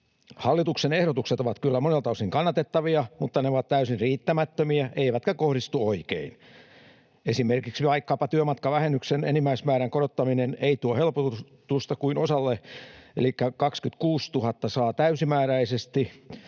Hallituksen ehdotukset ovat kyllä monelta osin kannatettavia, mutta ne ovat täysin riittämättömiä eivätkä kohdistu oikein. Esimerkiksi vaikkapa työmatkavähennyksen enimmäismäärän korottaminen ei tuo helpotusta kuin osalle, elikkä 26 000 saa täysimääräisesti